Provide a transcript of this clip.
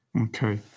Okay